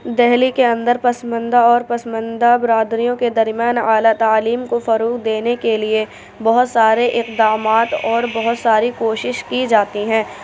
دہلی کے اندر پسماندہ اور پسماندہ برادریوں كے درمیان اعلیٰ تعلیم كو فروغ دینے كے لیے بہت سارے اقدامات اور بہت ساری کوشش کی جاتی ہیں